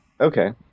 Okay